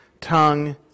tongue